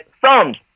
thumbs